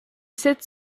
sept